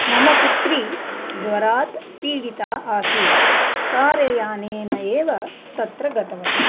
मम पुत्री ज्वरात् पीडिता आसीत् कारयानेन एव तत्र गतवती